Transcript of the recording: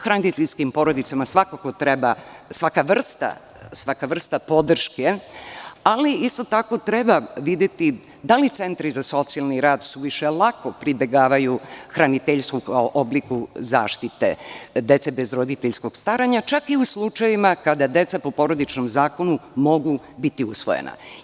Hraniteljskim porodicama svakako treba svaka vrsta podrške, ali isto tako treba videti da li centri za socijalni rad suviše lako pribegavaju hraniteljstvu, kao obliku zaštite dece bez roditeljskog staranja, čak i u slučajevima kada deca po porodičnom zakonu mogu biti usvojena.